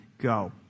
go